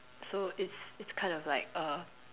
so it's it's kind of like a